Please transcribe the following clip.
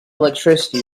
electricity